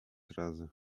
razy